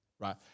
right